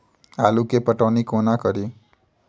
आलु केँ पटौनी कोना कड़ी?